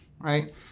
right